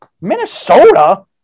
Minnesota